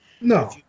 No